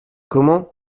comment